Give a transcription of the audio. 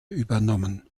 übernommen